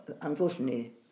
unfortunately